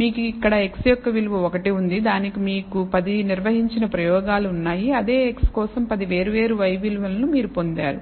మీకు ఇక్కడ x యొక్క విలువ ఒకటి ఉంది దానికి మీకు 10 నిర్వహించిన ప్రయోగాలు ఉన్నాయి అదే x కోసం 10 వేర్వేరు y విలువలను మీరు పొందారు